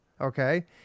Okay